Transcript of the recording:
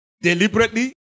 deliberately